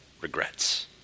regrets